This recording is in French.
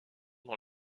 dans